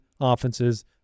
offenses